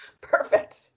Perfect